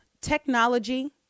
Technology